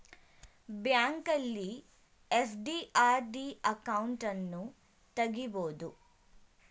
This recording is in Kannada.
ಬ್ಯಾಂಕಲ್ಲಿ ಎಫ್.ಡಿ, ಆರ್.ಡಿ ಅಕೌಂಟನ್ನು ತಗಿಬೋದು